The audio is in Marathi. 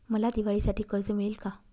मला दिवाळीसाठी कर्ज मिळेल का?